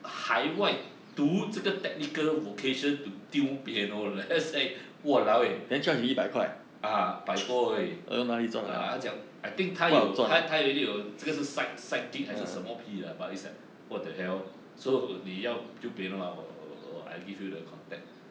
海外读这个 technical vocation to tune piano leh that's like !walao! eh ah 百多而已啊他讲 I think 他有他他一定有这个是 side side gig 还是什么屁 lah but it's like what the hell so 你要 tune piano ah 我我我 I give you the contact